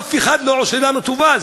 ואף אחד לא עושה לנו טובה.